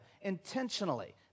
intentionally